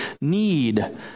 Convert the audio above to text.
need